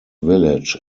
village